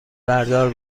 بردار